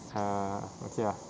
!huh! okay ah